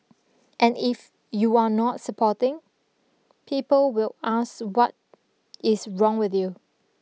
and if you are not supporting people will ask what is wrong with you